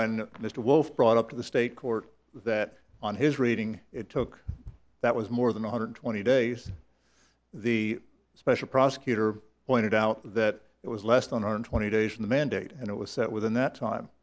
when mr wolf brought up to the state court that on his reading it took that was more than one hundred twenty days the special prosecutor pointed out that it was less than one hundred twenty days in the mandate and it was set within that time